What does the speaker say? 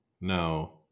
no